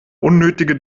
unnötige